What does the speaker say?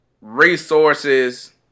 resources